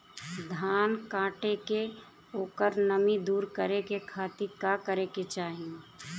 धान कांटेके ओकर नमी दूर करे खाती का करे के चाही?